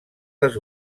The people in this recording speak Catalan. les